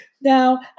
Now